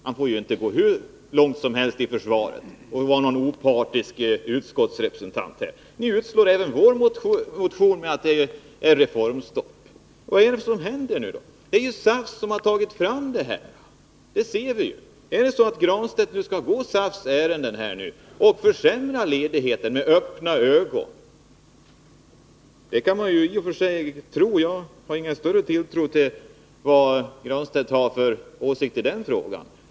Man får inte gå hur långt som helst i försvar av sådana uttalanden, när man skall vara en opartisk utskottsrepresentant. Ni avstyrker ju vår motion med motiveringen att det råder reformstopp. Vad är det som händer? Det är ju som sagt SAF som står bakom. Är det så att Pär Granstedt skall gå SAF:s ärenden och med öppna ögon försämra möjligheterna till ledighet? Det kan man i och för sig tro. Jag har ingen större tilltro till Pär Granstedts åsikter i den här frågan.